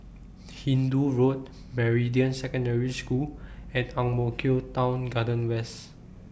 Hindoo Road Meridian Secondary School and Ang Mo Kio Town Garden West